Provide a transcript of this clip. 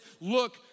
look